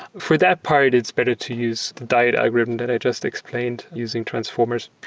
for that part, it's better to use the diet algorithm that i just explained using transformers.